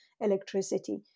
electricity